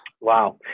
Wow